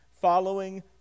Following